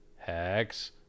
Hex